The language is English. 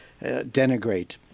denigrate